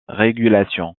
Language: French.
régulation